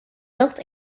built